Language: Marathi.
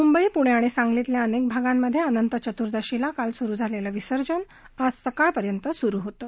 मुंबई पुणे आणि सांगलीतल्या अनेक भागांमधे अनंत चतुर्दशीला काल सुरु झालेलं विसर्जन आज सकाळपर्यंत सुरु होतं